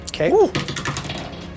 Okay